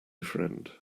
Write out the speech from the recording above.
friend